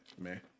man